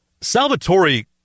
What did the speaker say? Salvatore